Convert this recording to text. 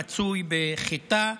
המצוי בחיטה,